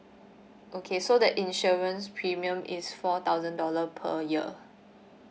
okay so the insurance premium is four thousand dollar per year